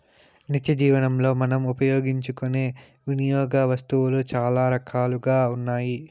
నిత్యజీవనంలో మనం ఉపయోగించుకునే వినియోగ వస్తువులు చాలా రకాలుగా ఉన్నాయి